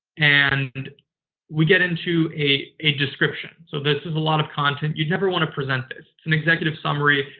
and we get into a a description. so, this is a lot of content. you'd never want to present this. it's an executive summary.